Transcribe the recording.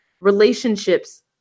relationships